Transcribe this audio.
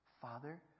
Father